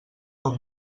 com